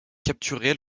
capturés